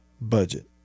budget